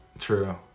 True